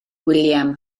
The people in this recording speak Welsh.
william